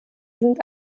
sind